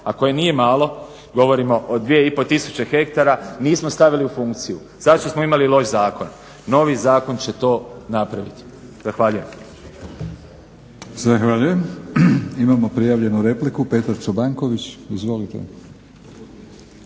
koje nije malo govorimo o 2500 tisuće hektara nismo stavili u funkciju? Zato što smo imali loš zakon. Novi zakon će to napraviti. Zahvaljujem.